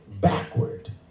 backward